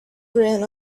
written